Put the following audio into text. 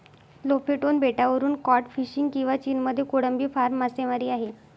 Lofoten बेटावरून cod fishing किंवा चीनमध्ये कोळंबी फार्म मासेमारी आहे